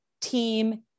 team